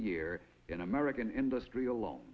year in american industry alone